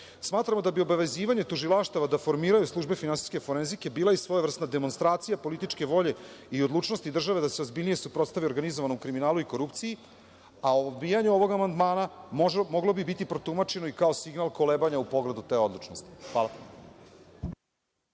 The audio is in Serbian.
lica. Smatramo da bi obavezivanje tužilaštava da formiraju službe finansijske forenzike bila i svojevrsna demonstracija političke volje i odlučnosti države da se ozbiljnije suprotstavi organizovanom kriminalu i korupciji, a odbijanje ovog amandmana moglo bi biti protumačeno kao signal kolebanja u pogledu te odlučnosti.